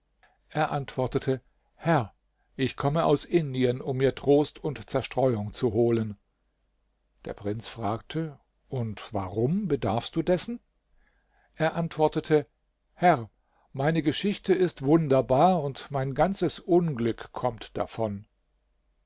er antwortete herr ich komme aus indien um mir trost und zerstreuung zu holen der prinz fragte und warum bedarfst du dessen er antwortete herr meine geschichte ist wunderbar und mein ganzes unglück kommt davon